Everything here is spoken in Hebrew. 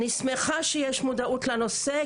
המצב הוא כזה: